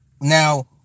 now